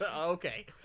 Okay